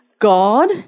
God